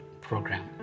program